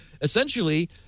essentially